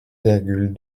virgule